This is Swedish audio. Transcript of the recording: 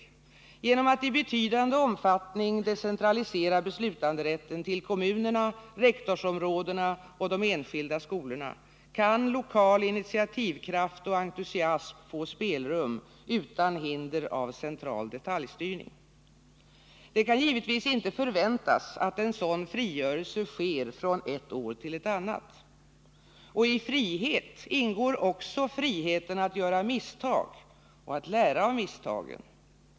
Genom att beslutanderätten i betydande omfattning decentraliseras till kommunerna, rektorsområdena och de enskilda skolorna kan lokal initiativkraft och entusiasm få spelrum utan hinder av central detaljstyrning. Det kan givetvis inte förväntas att en sådan frigörelse sker från ett år till ett annat. Och i begreppet frihet ingår också friheten att göra misstag — att lära av misstagen.